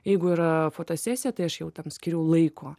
jeigu yra fotosesija tai aš jau tam skiriu laiko